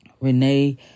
Renee